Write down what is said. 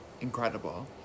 incredible